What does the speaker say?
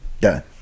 done